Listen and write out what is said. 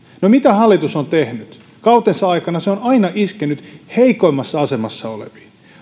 no mitä hallitus on tehnyt kautensa aikana se on aina iskenyt heikoimmassa asemassa oleviin